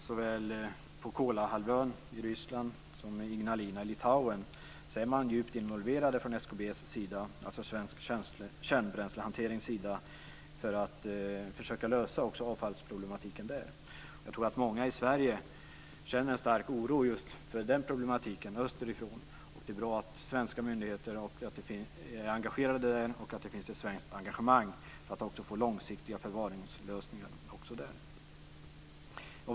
Såväl på Kolahalvön i Ryssland som i Ignalina i Litauen är SKB djupt involverat för att försöka att lösa avfallsproblematiken även där. Jag tror att många i Sverige känner stark oro just för problematiken österifrån. Det är bra att det finns ett engagemang från svenska myndigheter och från svensk sida för långsiktiga förvaringslösningar också där.